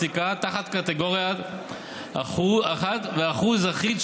הסליקה תחת קטגוריה אחת ושיעור אחיד,